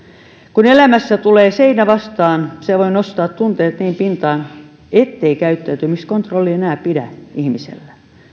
kun elämässä tulee seinä vastaan se voi nostaa tunteet niin pintaan ettei käyttäytymiskontrolli enää pidä ihmisellä